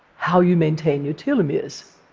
how you maintain your telomeres.